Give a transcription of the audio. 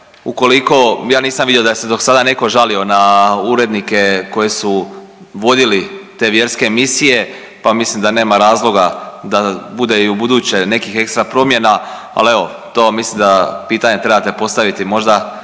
ukoliko ja nisam vidio da se do sada neko žalio na urednike koje su vodili te vjerske emisije pa mislim da nema razloga da bude i ubuduće nekih ekstra promjena. Ali evo to mislim da pitanje trebate postaviti možda